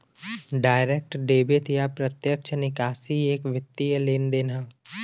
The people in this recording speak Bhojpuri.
डायरेक्ट डेबिट या प्रत्यक्ष निकासी एक वित्तीय लेनदेन हौ